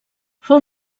fou